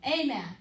Amen